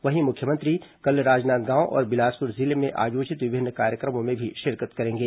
वहीं मुख्यमंत्री कल राजनांदगांव और बिलासपुर जिले में आयोजित विभिन्न कार्यक्रमों में भी शिरकत करेंगे